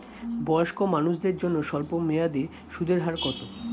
বয়স্ক মানুষদের জন্য স্বল্প মেয়াদে সুদের হার কত?